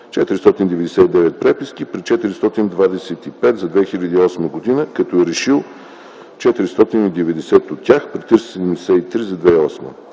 499 преписки при 425 за 2008 г. като е решил 490 от тях при 373 за 2008 г.